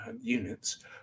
units